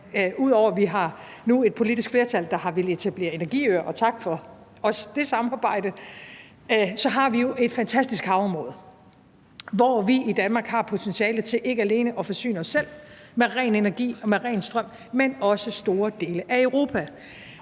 ud over at vi nu har et politisk flertal, der har villet etablere energiøer – og også tak for det samarbejde – så har vi jo et fantastisk havområde, hvor vi har potentiale til ikke alene at forsyne os selv i Danmark med ren energi og med ren strøm, men også store dele af Europa.